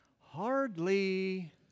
Hardly